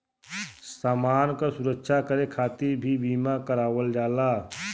समान क सुरक्षा करे खातिर भी बीमा करावल जाला